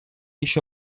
еще